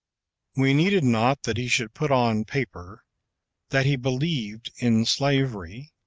we needed not that he should put on paper that he believed in slavery,